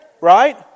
right